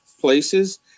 places